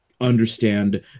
understand